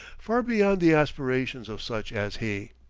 far beyond the aspirations of such as he.